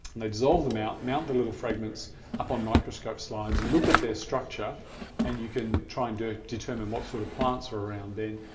they dissolve them out, mount the little fragments up on microscope slides, look at their structure and you can try and determine what sort of plants were around then.